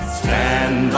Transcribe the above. stand